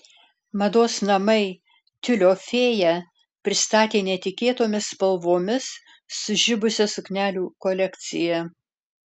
mados namai tiulio fėja pristatė netikėtomis spalvomis sužibusią suknelių kolekciją